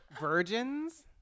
Virgins